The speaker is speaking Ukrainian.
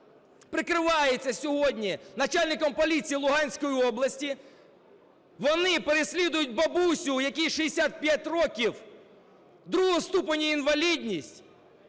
прикривається сьогодні начальником поліції Луганської області. Вони переслідують бабусю, якій 65 років, другого ступеню інвалідність,